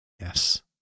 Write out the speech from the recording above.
Yes